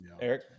Eric